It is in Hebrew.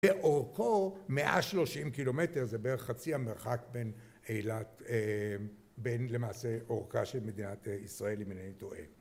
ואורכו 130 קילומטר זה בערך חצי המרחק בין אילת... בין למעשה אורכה של מדינת ישראל אם אינני טועה